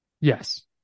Yes